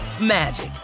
magic